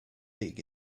dig